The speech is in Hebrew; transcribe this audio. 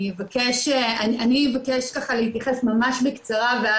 אני אבקש ככה להתייחס ממש בקצרה.